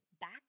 back